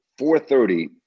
4.30